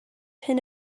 hyn